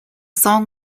song